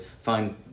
find